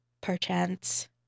perchance